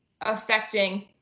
affecting